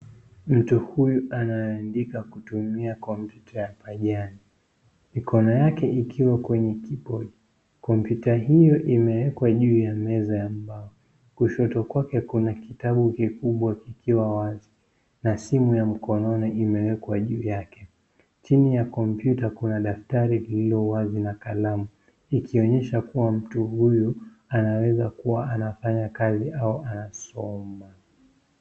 Mtu huyu anaandika kutumia kompyuta ya pajani. Mikono yake ikiwa kwenye kibodi. Kompyuta hio imeekwa juu ya meza ya mbao. Kushoto kwake kuna kitabu kikubwa kikiwa wazi na simu ya mkononi imewekwa juu yake. Chini ya kompyuta kuna daftari lililo wazi na kalamu, ikionyesha kuwa mtu huyu anaweza kuwa anafanya kazi au anasoma.